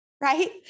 right